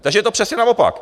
Takže je to přesně naopak.